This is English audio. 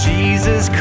Jesus